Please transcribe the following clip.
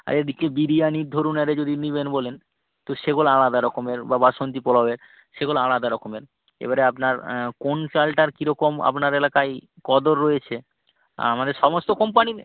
আর এদিকে বিরিয়ানির ধরুন একটা যদি নেবেন বলেন তো সেগুলো আলাদা রকমের বা বাসন্তী পোলাউয়ের সেগুলো আলাদা রকমের এবারে আপনার কোন চালটার কী রকম আপনার এলাকায় কদর রয়েছে আমাদের সমস্ত কোম্পানির